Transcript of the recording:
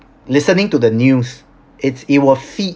listening to the news it's it will feed